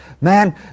man